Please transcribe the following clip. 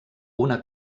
una